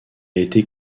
été